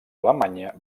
alemanya